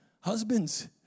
Husbands